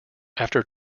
after